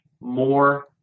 more